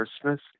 Christmas